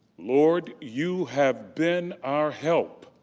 lord, you have been our help